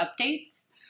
updates